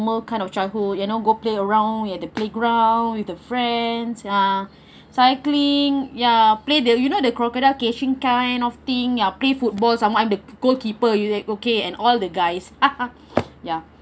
kind of childhood you know go play around at the playground with the friend uh cycling ya play the you know the crocodile cashing kind of thing ya play football some more I'm the goalkeeper you like okay and all the guys ya